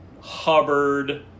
Hubbard